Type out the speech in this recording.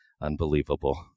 Unbelievable